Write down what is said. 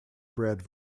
bred